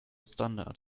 standard